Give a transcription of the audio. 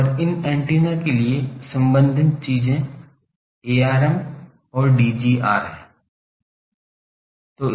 और इन एंटीना के लिए संबंधित चीजें Arm और Dgr हैं